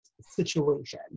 situation